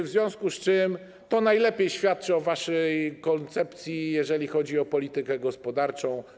W związku z czym to najlepiej świadczy o waszej koncepcji, jeżeli chodzi o politykę gospodarczą.